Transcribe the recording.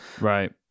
right